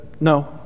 no